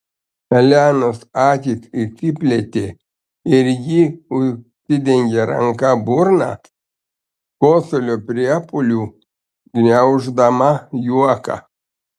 elenos akys išsiplėtė ir ji užsidengė ranka burną kosulio priepuoliu gniauždama juoką